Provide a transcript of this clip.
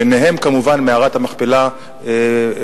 ביניהם כמובן מערת המכפלה בחברון.